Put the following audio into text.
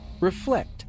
reflect